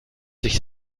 sich